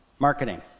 Marketing